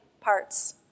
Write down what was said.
parts